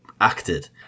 acted